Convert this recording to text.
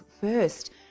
first